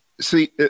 See